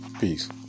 Peace